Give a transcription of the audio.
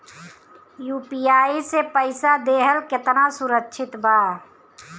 UPI से पईसा देहल केतना सुरक्षित बा?